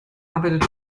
arbeitet